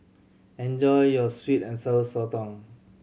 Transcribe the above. enjoy your sweet and Sour Sotong